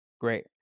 great